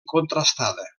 contrastada